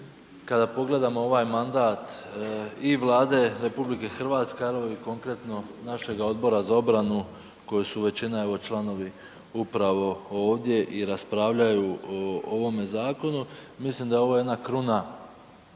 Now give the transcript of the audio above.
kada pogledamo ovaj mandat i Vlade RH ali i konkretno našega Odbora za obranu koju su većina evo članovi upravo ovdje i raspravljaju o ovome zakonu, mislim da je ovo jedna kruna